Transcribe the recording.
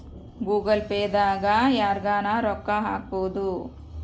Google Pay ದಾಗ ಯರ್ಗನ ರೊಕ್ಕ ಹಕ್ಬೊದು